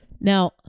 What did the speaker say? Now